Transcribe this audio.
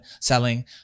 selling